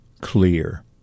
clear